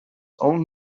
own